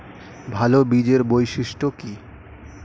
ভাল বীজের বৈশিষ্ট্য কী?